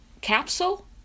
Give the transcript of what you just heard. capsule